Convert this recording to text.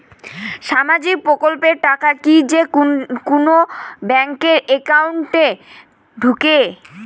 সামাজিক প্রকল্পের টাকা কি যে কুনো ব্যাংক একাউন্টে ঢুকে?